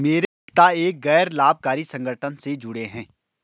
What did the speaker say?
मेरे पिता एक गैर लाभकारी संगठन से जुड़े हैं